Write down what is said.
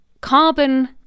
carbon